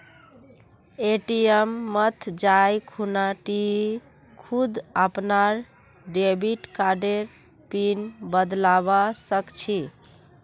ATM मत जाइ खूना टी खुद अपनार डेबिट कार्डर पिन बदलवा सख छि